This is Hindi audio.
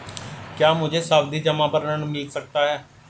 क्या मुझे सावधि जमा पर ऋण मिल सकता है?